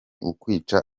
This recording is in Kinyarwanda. ukwica